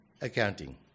accounting